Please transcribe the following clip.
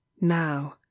Now